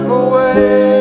away